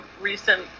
recent